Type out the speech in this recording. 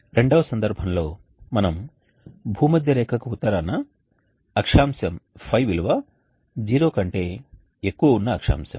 రెండవ సందర్భంలో మనం భూమధ్యరేఖకు ఉత్తరాన అక్షాంశం ϕ విలువ 0 కంటే ఎక్కువ ఉన్న అక్షాంశం